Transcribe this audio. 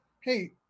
hey